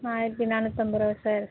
ஆயிரத்தி நானூத்தம்பது ரூபா சார்